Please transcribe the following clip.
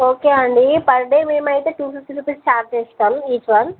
okay అండి per day మేము అయితే టూ ఫిఫ్టీ రూపీస్ ఛార్జ్ చేస్తాము ఈచ్ వన్